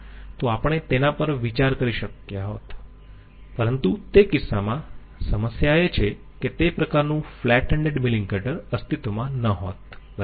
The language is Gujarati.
તો આપણે તેના પર વિચાર કરી શક્ય હોત પરંતુ તે કિસ્સામાં સમસ્યા એ છે કે તે પ્રકારનું ફ્લેટ એન્ડેડ મિલિંગ કટર અસ્તિત્વમાં ન હોત બરાબર